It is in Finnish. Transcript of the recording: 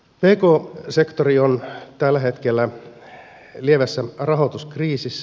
pk sektori on tällä hetkellä lievässä rahoituskriisissä